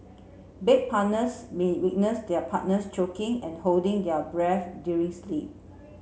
bed partners may witness their partners choking and holding their breath during sleep